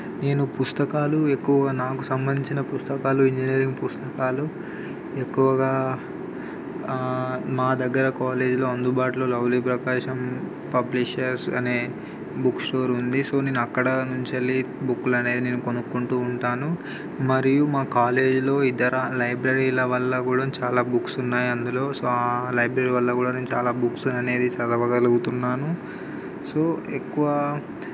నేను పుస్తకాలు ఎక్కువగా నాకు సంబంధించిన పుస్తకాలు ఇంజనీరింగ్ పుస్తకాలు ఎక్కువగా మా దగ్గర కాలేజీలో అందుబాటులో లవ్లీ ప్రకాశం పబ్లిషర్స్ అనే బుక్ స్టోర్ ఉంది సో నేను అక్కడ నుంచి వెళ్ళి బుక్లు అనేది నేను కొనుక్కుంటు ఉంటాను మరియు మా కాలేజీలో ఇతర లైబ్రరీల వల్ల కూడా చాలా బుక్స్ ఉన్నాయి అందులో సో ఆ లైబ్రరీ వల్ల కూడా నేను చాలా బుక్స్ అనేది చదవగలుగుతున్నాను సో ఎక్కువ